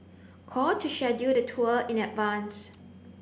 call to schedule the tour in advance